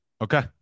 Okay